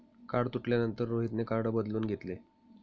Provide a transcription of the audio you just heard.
card तुटल्यानंतर रोहितने card बदलून घेतले